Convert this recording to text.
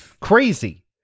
crazy